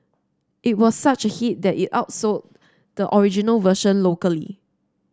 it was such a hit that it outsold the original version locally